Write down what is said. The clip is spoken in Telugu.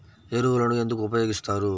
ఎరువులను ఎందుకు ఉపయోగిస్తారు?